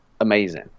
amazing